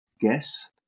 guess